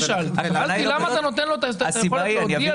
שאלתי למה אתה נותן לו את היכולת להודיע